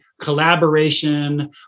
collaboration